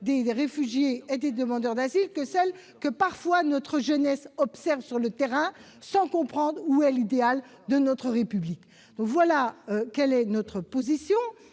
des réfugiés et des demandeurs d'asile que celle que, parfois, notre jeunesse observe sur le terrain, sans comprendre où est l'idéal de notre République. Il nous a été opposé